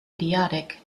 idiotic